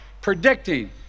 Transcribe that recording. predicting